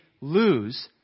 lose